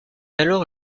alors